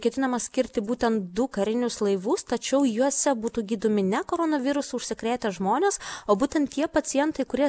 ketinama skirti būtent du karinius laivus tačiau juose būtų gydomi ne koronavirusu užsikrėtę žmonės o būtent tie pacientai kurie